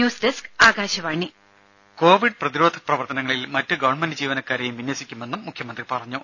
news desk Akashvani രുഭ Covid പ്രതിരോധ പ്രവർത്തനങ്ങളിൽ മറ്റു ഗവൺമെന്റ് ജീവനക്കാരെയും വിന്യസിക്കുമെന്നും മുഖ്യമന്ത്രി പറഞ്ഞു